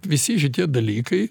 visi šitie dalykai